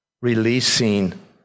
releasing